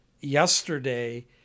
yesterday